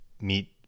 meet